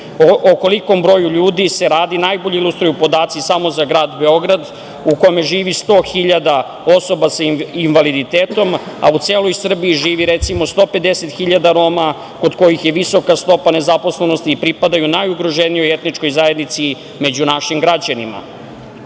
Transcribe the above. O kolikom broju ljudi se radi najbolje ilustruju podaci samo za grad Beograd u kome živi sto hiljada osoba sa invaliditetom, a u celoj Srbiji živi recimo 150 hiljada Roma kod kojih je visoka stopa nezaposlenosti i pripadaju najugroženijoj etničkoj zajednici među našim građanima. Zato